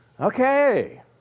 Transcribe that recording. Okay